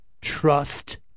trust